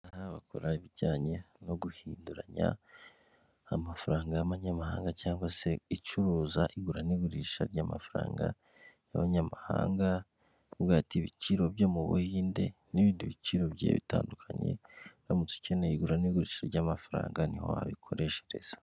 Aha bakora ibijyanye no guhinduranya amafaranga y'amanyamahanga cyangwa se icuruza igura n'igurisha ry'amafaranga y'abanyamahanga, bakakubwira bati ibiciro byo mu Buhinde n'ibindi biciro bigiye bitandukanye uramutse ukeneye igura n'igurisha ry'amafaranga, ni ho wabikoreshereza.